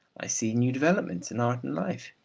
i see new developments in art and life,